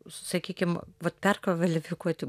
sakykim vat perkvalifikuoti